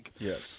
Yes